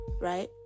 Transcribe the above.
right